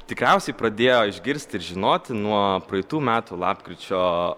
tikriausiai pradėjo išgirsti ir žinoti nuo praeitų metų lapkričio